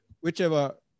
whichever